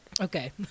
Okay